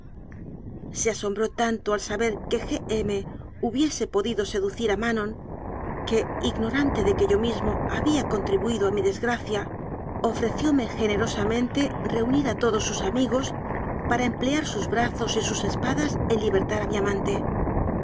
se asombró tanto al saber que g m hu biese podido seducir a manon que ignorante de que yo mismo había contribuido a mi desgracia ofrecióme generosamente reunir a todos sus ami gos para emplear sus brazos y sus espadas en li bertar a mi amante